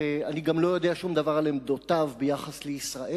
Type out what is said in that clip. ואני גם לא יודע שום דבר על עמדותיו ביחס לישראל,